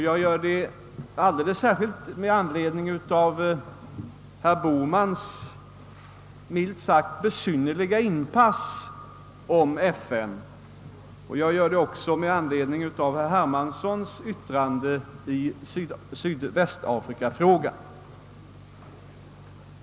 Jag gör det alldeles särskilt med anledning av herr Bohmans, milt sagt, besynnerliga inpass om FN, och jag gör det också med anledning av herr Hermanssons yttrande om Sydvästafrikafrågan.